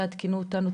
תעדכנו אותנו,